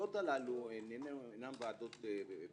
הוועדות הללו אינן פוליטיות.